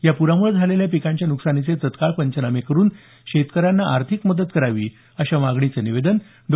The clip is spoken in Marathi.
या प्रामुळं झालेल्या पिकांच्या नुकसानीचे तत्काळ पंचनामे करून शेतकऱ्यांना आर्थिक मदत करावी अशा मागणीचं निवेदन डॉ